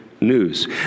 news